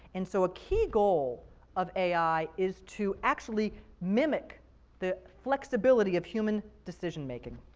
and so a key goal of ai is to actually mimic the flexibility of human decision making.